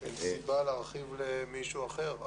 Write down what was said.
אין סיבה להרחיב למישהו אחר.